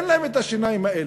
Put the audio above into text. אין להם את השיניים האלה.